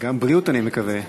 וגם בריאות, אני מקווה.